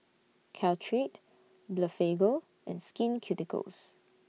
Caltrate Blephagel and Skin Ceuticals